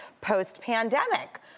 post-pandemic